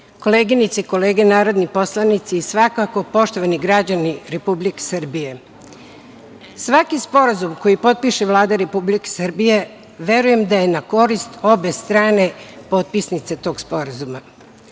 koleginice i kolege narodni poslanici i svakako, poštovani građani Republike Srbije, svaki sporazum koji potpiše Vlada Republike Srbije verujem da je na korist obe strane potpisnice tog sporazuma. Mogli